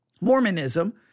Mormonism